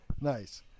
Nice